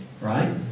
Right